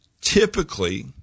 typically